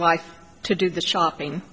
wife to do the shopping